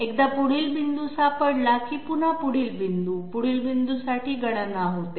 एकदा पुढील बिंदू सापडला की पुन्हा पुढील बिंदू पुढील बिंदूसाठी गणना होते